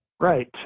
Right